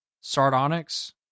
sardonyx